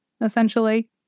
essentially